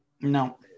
No